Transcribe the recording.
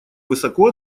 высоко